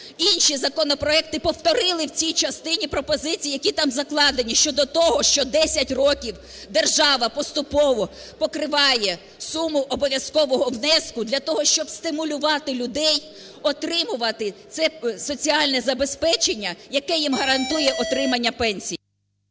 Інші законопроекти повторили в цій частині пропозиції, які там закладені щодо того, що 10 років держава поступово покриває суму обов'язкового внеску для того, щоб стимулювати людей отримувати це соціальне забезпечення, яке їм гарантує отримання пенсій.